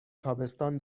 تابستان